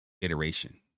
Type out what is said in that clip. iteration